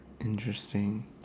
Interesting